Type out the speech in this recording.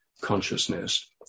consciousness